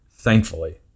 Thankfully